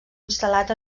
instal·lat